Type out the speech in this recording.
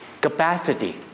capacity